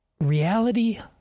Reality